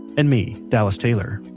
and me, dallas taylor.